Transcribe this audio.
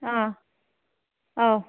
ꯑꯥ ꯑꯧ